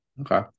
okay